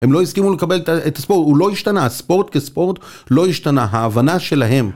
הם לא הסכימו לקבל את הספורט, הוא לא השתנה, הספורט כספורט לא השתנה, ההבנה שלהם.